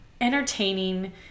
entertaining